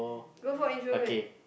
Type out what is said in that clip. good for introvert